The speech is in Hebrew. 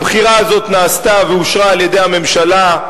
הבחירה הזאת נעשתה ואושרה על-ידי הממשלה,